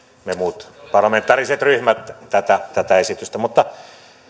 muut parlamentaariset ryhmät tätä tätä esitystä mutta